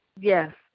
Yes